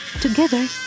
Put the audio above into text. Together